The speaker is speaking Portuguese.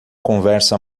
conversa